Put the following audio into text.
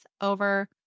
over